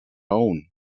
own